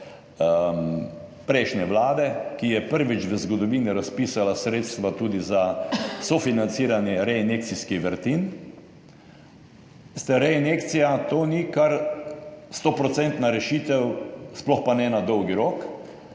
prejšnje vlade, ki je prvič v zgodovini razpisala sredstva tudi za sofinanciranje reinjekcijskih vrtin. Veste reinjekcija to ni kar sto procentna rešitev, sploh pa ne na dolgi rok.